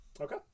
okay